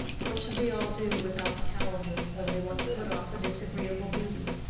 what should we all do without the calendar, when we want to put off a disagreeable duty?